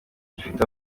gifite